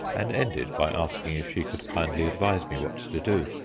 and ended by asking if she could kindly advise me what to do.